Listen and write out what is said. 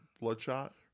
bloodshot